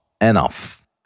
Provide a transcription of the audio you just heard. enough